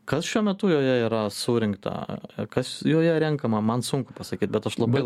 kas šiuo metu joje yra surinkta kas joje renkama man sunku pasakyt bet aš labai